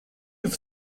have